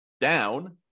down